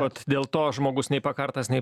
vat dėl to žmogus nei pakartas nei